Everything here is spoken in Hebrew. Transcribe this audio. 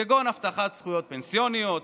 כגון הבטחת זכויות פנסיוניות,